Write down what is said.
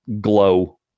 glow